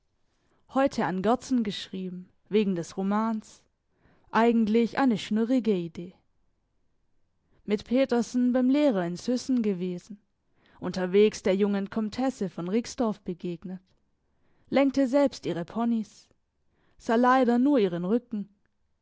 heute an gerdsen geschrieben wegen des romans eigentlich eine schnurrige idee mit petersen beim lehrer in süssen gewesen unterwegs der jungen komtesse von rixdorf begegnet lenkte selbst ihre ponies sah leider nur ihren rücken